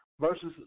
versus